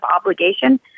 obligation